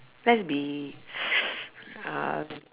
let's be um